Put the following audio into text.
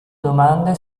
domande